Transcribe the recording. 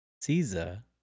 Caesar